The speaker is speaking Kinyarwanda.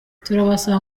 turabasaba